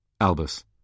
Albus